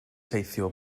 teithio